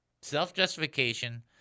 Self-justification